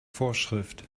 vorschrift